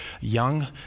young